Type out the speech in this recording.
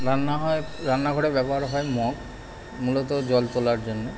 রান্না হয় রান্নাঘরে ব্যবহার হয় মগ মূলত জল তোলার জন্য